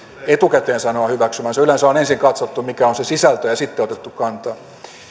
etukäteen sanoa hyväksyvänsä yleensä on ensin katsottu mikä on se sisältö ja sitten otettu kantaa